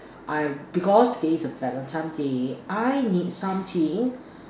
I because today is a Valentine's day I need something